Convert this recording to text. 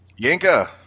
Yinka